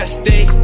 stay